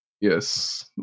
yes